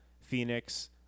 Phoenix